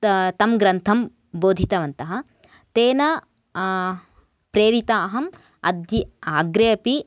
त तं ग्रन्थं बोधितवन्तः तेन अहम् अद्य अग्रे अपि